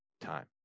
time